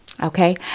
Okay